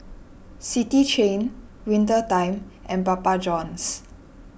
City Chain Winter Time and Papa Johns